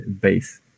base